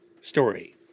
story